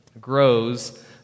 grows